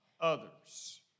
others